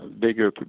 bigger